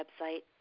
website